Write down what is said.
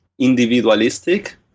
individualistic